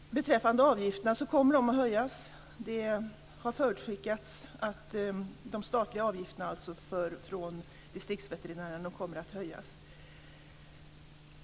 Avgifterna kommer att höjas. Det har förutskickats att de statliga avgifterna från distriktsveterinärerna kommer att höjas.